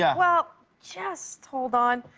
yeah but just hold on.